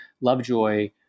Lovejoy